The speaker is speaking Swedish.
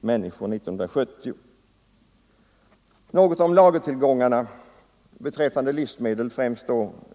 1970. Sedan vill jag säga något om livsmedelslagren, främst då vetetillgångarna.